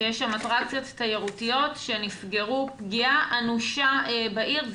שיש שם אטרקציות תיירותיות שנפגעו פגיעה אנושה בעיר.